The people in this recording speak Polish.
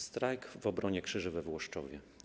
Strajk w obronie krzyży we Włoszczowie.